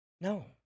No